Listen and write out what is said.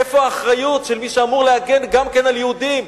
איפה האחריות של מי שאמור להגן גם כן על יהודים?